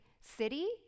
city